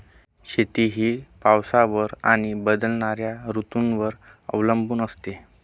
शेती ही पावसावर आणि बदलणाऱ्या ऋतूंवर अवलंबून असते